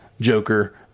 Joker